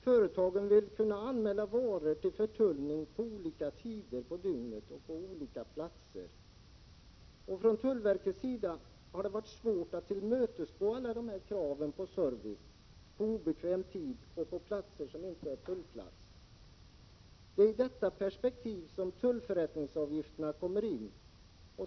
Företagen vill kunna anmäla varor till förtullning på olika tider på dygnet och på olika platser. Tullverket har haft svårigheter att uppfylla alla krav på service på obekväm tid och på platser som inte är tullplatser. Det är i detta perspektiv som tullförrättningsavgifterna kommer in.